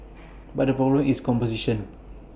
but the problem is composition